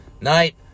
night